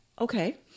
Okay